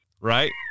right